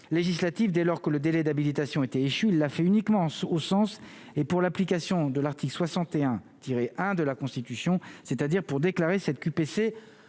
législative dès lors que le délai d'habilitation était échu la fait uniquement s'au sens et pour l'application de l'article 61 tirer 1 de la Constitution, c'est-à-dire pour déclarer cette QPC